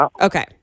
Okay